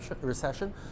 recession